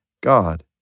God